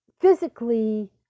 physically